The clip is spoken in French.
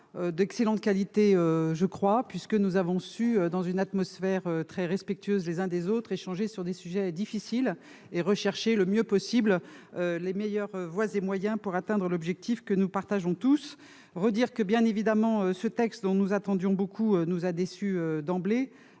d'excellente qualité, me semble-t-il, puisque nous avons su, dans une atmosphère très respectueuse des uns des autres, échanger sur des sujets difficiles et rechercher les meilleurs voies et moyens pour atteindre l'objectif que nous partageons tous. Le projet de loi, dont nous attendions beaucoup, nous a déçus d'emblée.